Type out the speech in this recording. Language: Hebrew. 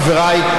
חבריי,